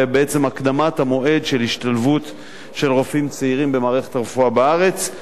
ובעצם הקדמת המועד של השתלבות של רופאים צעירים במערכת הרפואה בארץ,